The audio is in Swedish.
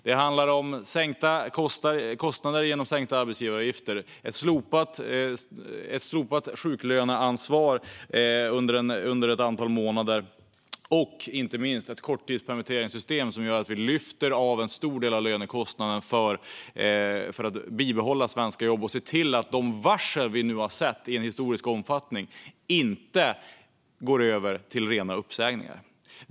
Det handlar om sänkta kostnader genom sänkta arbetsgivaravgifter, slopat sjuklöneansvar under ett antal månader och, inte minst, ett korttidspermitteringssystem som gör att vi lyfter av en stor del av lönekostnaderna för att bibehålla svenska jobb och att de varsel vi nu har sett i en historisk omfattning inte ska gå över till rena uppsägningar.